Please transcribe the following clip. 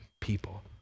people